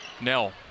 Nell